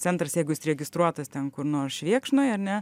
centras jeigu jis registruotas ten kur nors švėkšnoj ar ne